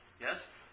Yes